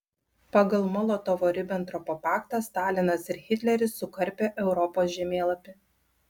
pagal molotovo ribentropo paktą stalinas ir hitleris sukarpė europos žemėlapį